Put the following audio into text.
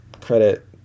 credit